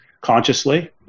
consciously